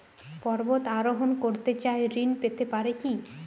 পর্বত আরোহণ করতে চাই ঋণ পেতে পারে কি?